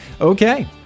Okay